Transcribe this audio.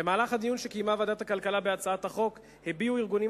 במהלך הדיון שקיימה ועדת הכלכלה בהצעת החוק הביעו ארגונים